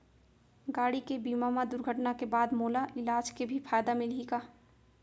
गाड़ी के बीमा मा दुर्घटना के बाद मोला इलाज के भी फायदा मिलही का?